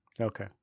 Okay